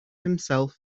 himself